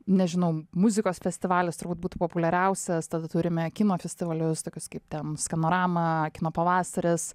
nežinau muzikos festivalis turbūt būtų populiariausias tada turime kino festivalius tokius kaip ten skanorama kino pavasaris